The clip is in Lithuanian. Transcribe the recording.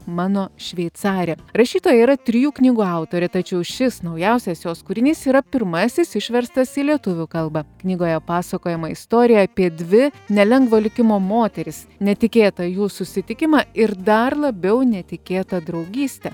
mano šveicarė rašytoja yra trijų knygų autorė tačiau šis naujausias jos kūrinys yra pirmasis išverstas į lietuvių kalbą knygoje pasakojama istorija apie dvi nelengvo likimo moteris netikėtą jų susitikimą ir dar labiau netikėtą draugystę